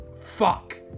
Fuck